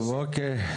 טוב, אוקיי.